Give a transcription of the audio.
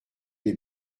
les